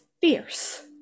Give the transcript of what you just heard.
fierce